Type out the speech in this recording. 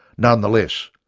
nonetheless,